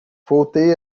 voltei